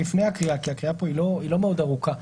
כי הקריאה פה היא לא מאוד ארוכה.